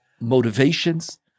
motivations